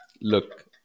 Look